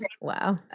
Wow